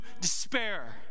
despair